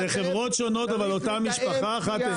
זה חברות שונות אבל אותה משפחה אחת.